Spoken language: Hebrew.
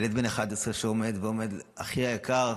ילד בן 11 שעומד ואומר: אחי היקר,